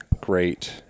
great